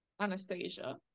Anastasia